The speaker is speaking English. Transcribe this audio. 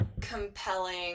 compelling